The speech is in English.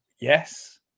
yes